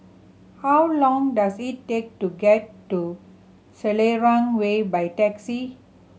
how long does it take to get to Selarang Way by taxi